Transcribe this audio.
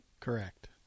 Correct